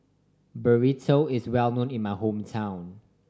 burrito is well known in my hometown